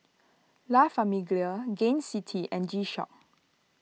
La Famiglia Gain City and G Shock